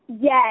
Yes